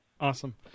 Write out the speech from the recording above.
Awesome